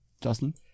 Justin